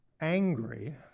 angry